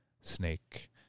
snake